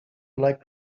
like